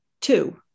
two